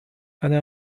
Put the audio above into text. أنا